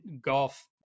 golf